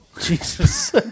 Jesus